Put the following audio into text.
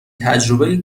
تجربه